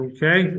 Okay